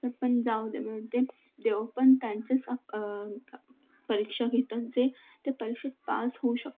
पण जाऊ दे म्हणते देव पण त्यांचीच अक् परीक्षा घेतात जे त्या परीक्षेत पास होऊ शकतात